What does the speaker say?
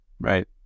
right